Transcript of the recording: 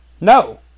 No